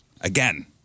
Again